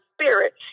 spirit